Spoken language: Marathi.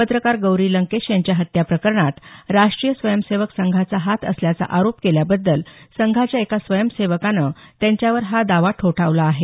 पत्रकार गौरी लंकेश यांच्या हत्याप्रकरणात राष्टीय स्वयंसेवक संघाचा हात असल्याचा आरोप केल्याबद्दल संघाच्या एका स्वयंसेवकानं त्यांच्यावर हा दावा ठोठावला आहे